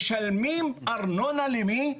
משלמים ארנונה למי?